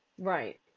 Right